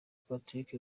patrick